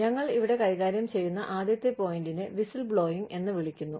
ഞങ്ങൾ ഇവിടെ കൈകാര്യം ചെയ്യുന്ന ആദ്യത്തെ പോയിന്റിനെ വിസിൽബ്ലോയിംഗ് എന്ന് വിളിക്കുന്നു